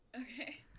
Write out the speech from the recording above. Okay